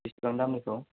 बेसेबां दामनिखौ